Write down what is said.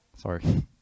sorry